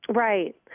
Right